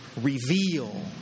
reveal